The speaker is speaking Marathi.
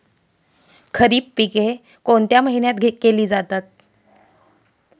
खरीप पिके कोणत्या महिन्यात केली जाते?